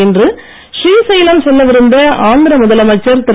இன்று ஸ்ரீசைலம் செல்லவிருந்த ஆந்திர முதலமைச்சர் திரு